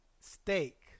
steak